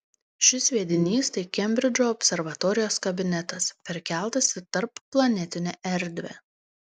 šis sviedinys tai kembridžo observatorijos kabinetas perkeltas į tarpplanetinę erdvę